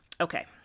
Okay